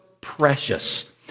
precious